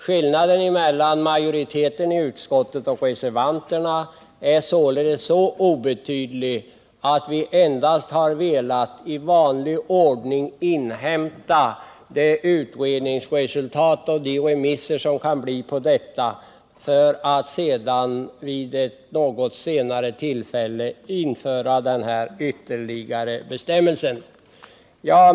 Skillnaden mellan majoriteten i utskottet och reservanterna är således obetydlig: majoriteten har endast i vanlig ordning velat invänta utredningsresultatet och remissvaren för att vid ett något senare tillfälle införa den här ytterligare bestämmelsen.